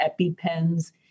EpiPens